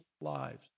lives